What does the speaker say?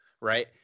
right